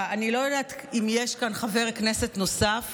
אם יש כאן חבר כנסת נוסף